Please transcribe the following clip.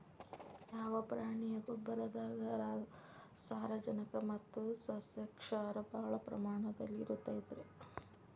ಯಾವ ಪ್ರಾಣಿಯ ಗೊಬ್ಬರದಾಗ ಸಾರಜನಕ ಮತ್ತ ಸಸ್ಯಕ್ಷಾರ ಭಾಳ ಪ್ರಮಾಣದಲ್ಲಿ ಇರುತೈತರೇ?